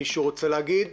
מישהו רוצה להגיד משהו?